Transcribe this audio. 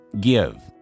give